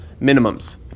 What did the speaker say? minimums